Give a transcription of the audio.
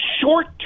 short